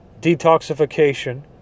detoxification